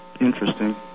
interesting